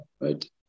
right